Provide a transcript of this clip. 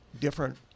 different